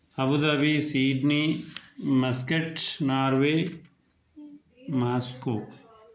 Abu Dhabi Sydney mascot Norway Moscow